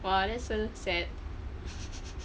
!wah! that's so sad